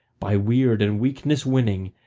by weird and weakness winning,